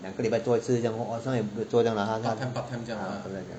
两个礼拜做一次这样 sometimes 没有做这样 lah something like that